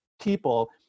people